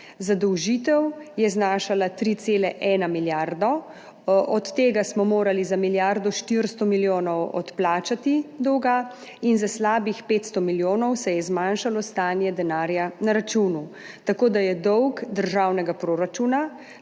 zadolžitev je znašala 3,1 milijarde, od tega smo morali odplačati za milijardo 400 milijonov dolga in za slabih 500 milijonov se je zmanjšalo stanje denarja na računu. Tako da je dolg državnega proračuna